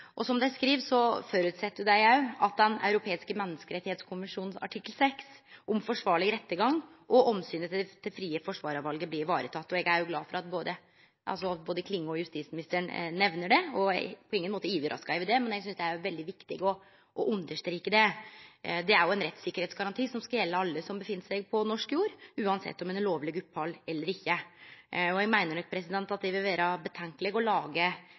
og tilstrekkeleg rettssikker prosess for alle i Noreg. Som dei skriv: «Vi forutsetter selvsagt at den europeiske Menneskerettskonvensjonens artikkel 6 om forsvarlig rettergang og hensynet til det frie forsvarervalget blir ivaretatt.» Eg er glad for at både Klinge og justisministeren nemner det – og eg er på ingen måte overraska over det, men eg synest det er veldig viktig å understreke det. Dette er ein rettssikkerheitsgaranti som skal gjelde alle som er til stades på norsk jord, uansett om ein har lovleg opphald eller ikkje. Eg meiner det vil vere problematisk å lage